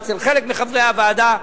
או אצל חלק מחברי הוועדה,